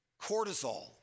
Cortisol